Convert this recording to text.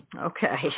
Okay